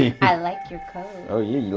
i like your coat. ah you